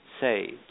saved